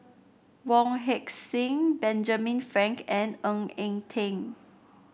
Wong Heck Sing Benjamin Frank and Ng Eng Teng